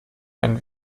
einen